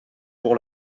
pour